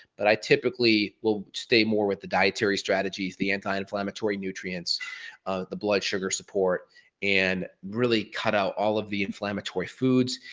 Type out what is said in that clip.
but i typically won't stay more with the dietary strategies, the anti inflammatory nutrients of the blood sugar support and really cut out all of the inflammatory foods,